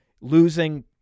losing